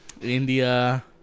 India